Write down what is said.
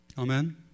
Amen